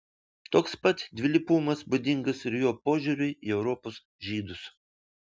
toks pat dvilypumas būdingas ir jo požiūriui į europos žydus